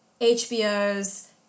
HBO's